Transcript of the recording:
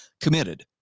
committed